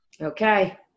Okay